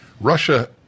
Russia